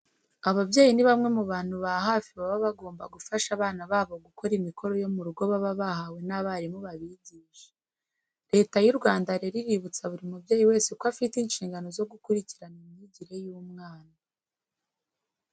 Ababyeyi ni bamwe mu bantu ba hafi baba bagomba gufasha abana babo gukora imikora yo mu rugo baba bahawe n'abarimu babigisha. Leta y'u Rwanda rero iributsa buri mubyeyi wese ko afite inshingano zo gukurikirana imyigire y'umwana.